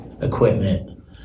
equipment